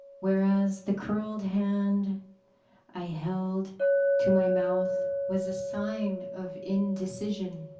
whereas the curled hand i held to my mouth was a sign of indecision.